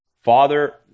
Father